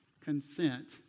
consent